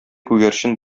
күгәрчен